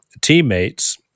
teammates